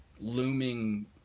looming